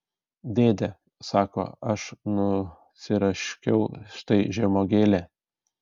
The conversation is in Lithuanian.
dėde sako aš nusiraškiau štai žemuogėlę